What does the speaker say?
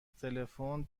تلفن